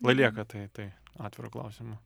lai lieka tai tai atviru klausimu